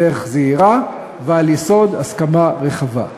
בדרך זהירה ועל יסוד הסכמה רחבה.